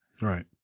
Right